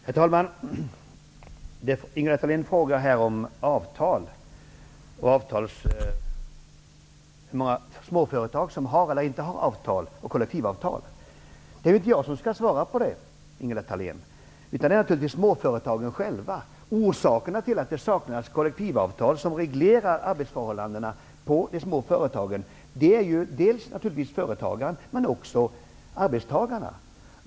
Herr talman! Ingela Thalén frågar hur många småföretag som har eller inte har avtal och kollektivavtal. Det är inte jag som skall svara på det, Ingela Thalén, utan det är naturligtvis småföretagen själva. Orsakerna till att det saknas kollektivavtal som reglerar arbetsförhållandena för de små företagen är ju dels naturligtvis företagarna, dels arbetstagarna.